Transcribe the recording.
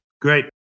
great